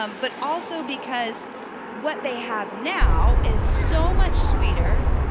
um but also because what they have now is so much sweeter,